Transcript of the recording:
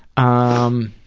um,